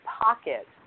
pocket